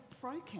broken